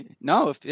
no